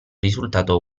risultato